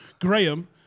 Graham